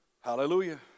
Hallelujah